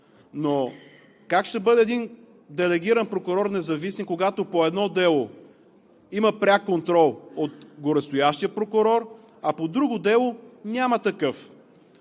но как ще бъде един делегиран прокурор независим, когато по едно дело има пряк контрол от горестоящия прокурор, а по друго дело – няма такъв?